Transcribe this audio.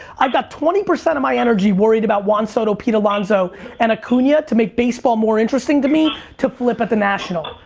i've got twenty percent of my energy worried about juan soto, pete alonso and acuna ah to make baseball more interesting to me, to flip at the national.